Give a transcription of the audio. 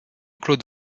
claude